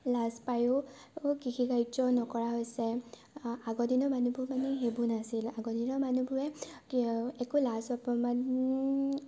লাজ পাইয়ো কৃষি কাৰ্ষ নকৰা হৈছে আগৰ দিনৰ মানুহবোৰ মানে সেইবোৰ নাছিল আগৰ দিনৰ মানুহবোৰে একো লাজ অপমান